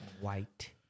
White